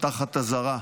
תחת אזהרה.